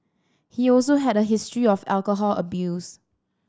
he also had a history of alcohol abuse